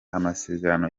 amasezerano